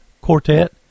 Quartet